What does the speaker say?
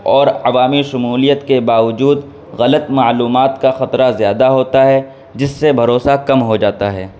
اور عوامی شمولیت کے باوجود غلط معلومات کا خطرہ زیادہ ہوتا ہے جس سے بھروسہ کم ہو جاتا ہے